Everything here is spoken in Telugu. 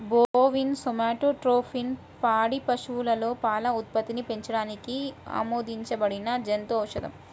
బోవిన్ సోమాటోట్రోపిన్ పాడి ఆవులలో పాల ఉత్పత్తిని పెంచడానికి ఆమోదించబడిన జంతు ఔషధం